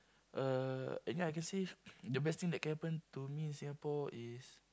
uh ya I can say the best thing that can happen to me in Singapore is